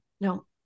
No